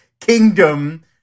kingdom